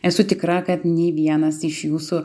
esu tikra kad nei vienas iš jūsų